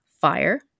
fire